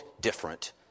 different